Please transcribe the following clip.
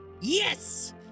Yes